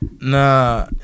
Nah